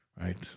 Right